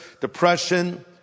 depression